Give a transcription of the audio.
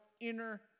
inner